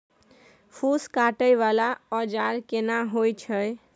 फूस काटय वाला औजार केना होय छै?